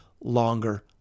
longer